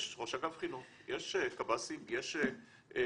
יש ראש אגף חינוך, יש קב"סים, יש ועדות.